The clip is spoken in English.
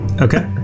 Okay